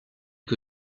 que